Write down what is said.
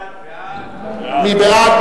מי בעד?